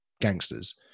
gangsters